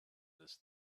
this